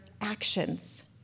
actions